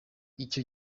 icyo